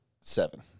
Seven